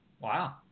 Wow